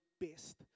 best